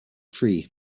tree